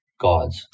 God's